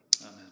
Amen